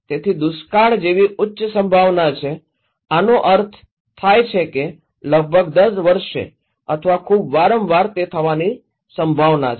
તેથી દુષ્કાળ જેની ઉચ્ચ સંભાવના છે આનો અર્થ થાય છે લગભગ દર વર્ષે અથવા ખૂબ વારંવાર તે થવાની સંભાવના છે